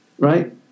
Right